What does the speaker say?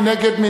מי נגד?